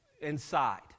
inside